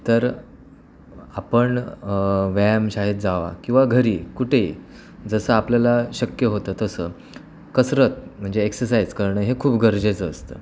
तर आपण व्यायामशाळेत जा किंवा घरी कुठेही जसं आपल्याला शक्य होतं तसं कसरत म्हणजे एक्ससाईज करणं हे खूप गरजेचं असतं